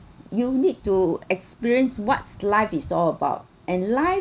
you need to experience what life is all about and life